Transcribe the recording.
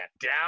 Down